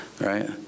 Right